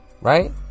Right